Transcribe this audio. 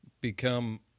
become